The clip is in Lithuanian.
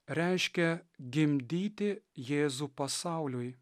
reiškia gimdyti jėzų pasauliui